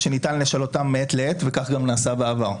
ושניתן לשנותם מעת לעת וכך גם נעשה בעבר.